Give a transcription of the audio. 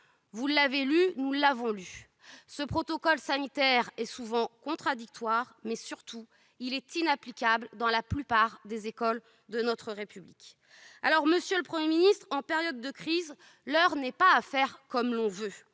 Vous l'avez lu, nous l'avons lu. Ce protocole sanitaire est souvent contradictoire, mais, surtout, il est inapplicable dans la plupart des écoles de notre République. En période de crise, l'heure n'est pas à faire comme l'on veut